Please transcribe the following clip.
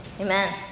Amen